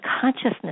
consciousness